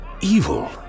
evil